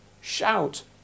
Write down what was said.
shout